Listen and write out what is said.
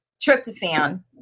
tryptophan